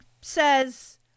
says